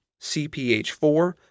CPH-4